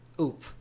Oop